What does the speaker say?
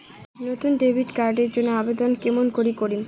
নতুন debit card এর জন্যে আবেদন কেমন করি করিম?